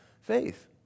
faith